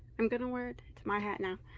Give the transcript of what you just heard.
i'm gonna wear it to my hat now